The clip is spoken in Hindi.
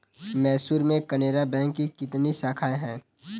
मैसूर में केनरा बैंक की कितनी शाखाएँ है?